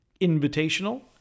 Invitational